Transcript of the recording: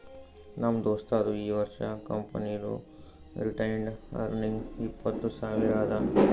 ನಮ್ ದೋಸ್ತದು ಈ ವರ್ಷ ಕಂಪನಿದು ರಿಟೈನ್ಡ್ ಅರ್ನಿಂಗ್ ಇಪ್ಪತ್ತು ಸಾವಿರ ಅದಾ